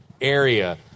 area